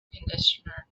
conditioner